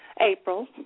April